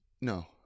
No